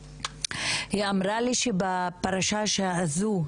היא אמרה לי שבפרשה הזו,